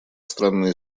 странная